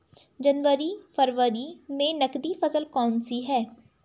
जनवरी फरवरी में नकदी फसल कौनसी है?